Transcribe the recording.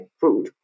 food